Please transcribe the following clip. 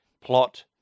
plot